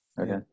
Okay